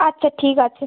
আচ্ছা ঠিক আছে